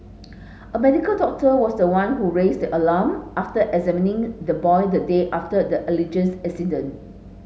a medical doctor was the one who raised the alarm after examining the boy the day after the alleges incident